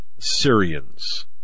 Syrians